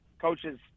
coaches